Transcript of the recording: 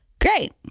great